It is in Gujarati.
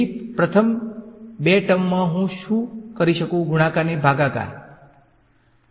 તેથી પ્રથમ બે શબ્દોમાં હું શું કરી શકું ગુણાકાર અને ભાગાકાર છે